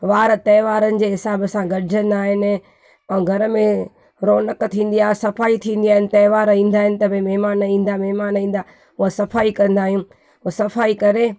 वार त्यौहारनि जे हिसाब सां गॾजंदा आहिनि ऐं घर में रौनक थींदी आहे सफ़ाई थींदी आहिनि त्यौहार थींदा आहिनि त भाई महिमान ईंदा महिमान ईंदा उहा सफ़ाई कंदा आहिनि त सफ़ाई करे